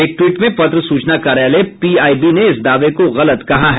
एक ट्वीट में पत्र सूचना कार्यालय पीआईबी ने इस दावे को गलत कहा है